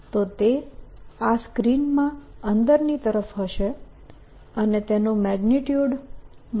તો તે આ સ્ક્રીન માં અંદરની તરફ હશે અને તેનું મેગ્નીટ્યુડ B0K હશે